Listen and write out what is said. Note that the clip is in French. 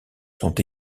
sont